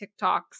TikToks